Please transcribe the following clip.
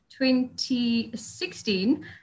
2016